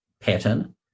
pattern